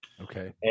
Okay